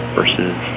versus